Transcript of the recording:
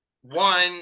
one